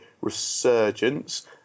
Resurgence